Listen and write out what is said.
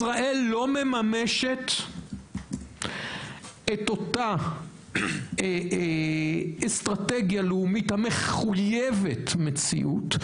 ישראל לא מממשת את אותה אסטרטגיה לאומית המחויבת מציאות,